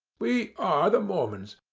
we are the mormons,